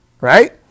right